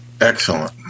Excellent